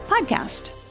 podcast